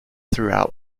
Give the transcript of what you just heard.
throughout